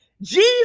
Jesus